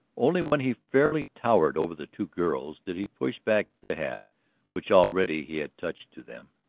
only when he fairly towered over the two girls did he push back the hat which already he had touched to them,